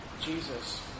Jesus